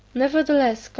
nevertheless,